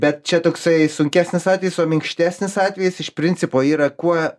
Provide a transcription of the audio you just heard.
bet čia toksai sunkesnis atvejis o minkštesnis atvejis iš principo yra kuo